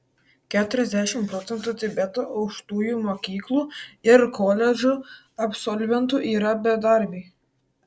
keturiasdešimt procentų tibeto aukštųjų mokyklų ir koledžų absolventų yra bedarbiai